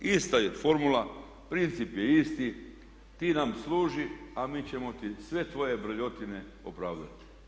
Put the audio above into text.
Ista je formula, princip je isti, ti nam služi a mi ćemo ti sve tvoje brljotine opravdati.